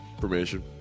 Permission